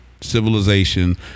civilization